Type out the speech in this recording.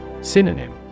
Synonym